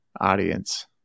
audience